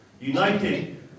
united